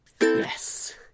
yes